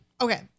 Okay